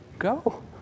Go